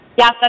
Yes